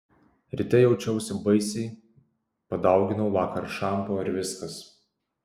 ryte jaučiausi baisiai padauginau vakar šampo ir viskas